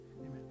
amen